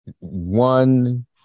One